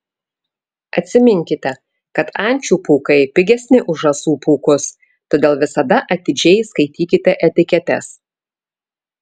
atsiminkite kad ančių pūkai pigesni už žąsų pūkus todėl visada atidžiai skaitykite etiketes